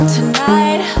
Tonight